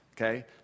okay